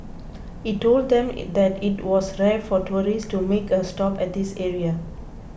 he told them it that it was rare for tourists to make a stop at this area